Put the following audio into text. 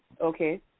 Okay